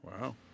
Wow